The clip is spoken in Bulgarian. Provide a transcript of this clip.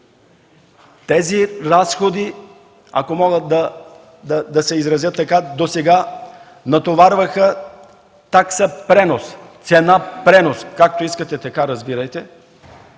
Тези разходи, ако мога да се изразя така, досега натоварваха такса „пренос”, цена „пренос”, както искате така разбирайте,